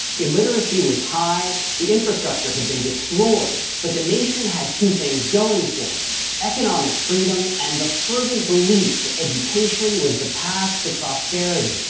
illiteracy was high. the infrastructure had been destroyed. but the nation had two things going for it economic freedom, and the fervent belief that education was the path to prosperity.